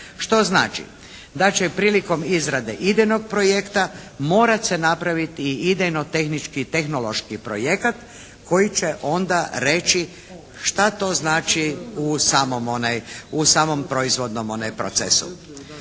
Što znači da će prilikom izrade idejnog projekta morati se napraviti i idejno-tehnički i tehnološki projekat koji će onda reći šta to znači u samom proizvodnom procesu.